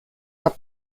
have